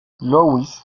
louis